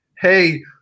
hey